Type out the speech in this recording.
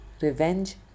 revenge